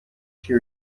she